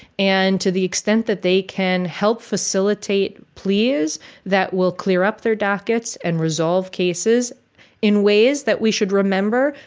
and to the extent that they can help facilitate, please, that will clear up their dockets and resolve cases in ways that we should remember.